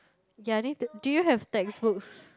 ya need to do you have textbooks